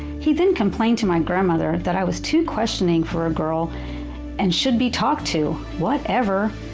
he then complained to my grandmother that i was too questioning for a girl and should be talked to. whatever!